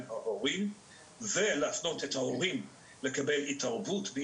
ההורים ולהפנות את ההורים או הילד להתערבות.